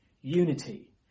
unity